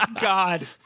god